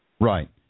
right